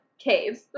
Caves